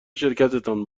شرکتتان